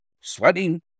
Sweating